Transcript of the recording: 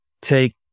take